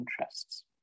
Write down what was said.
interests